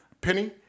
penny